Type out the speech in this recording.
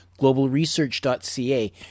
globalresearch.ca